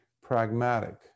pragmatic